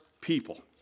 people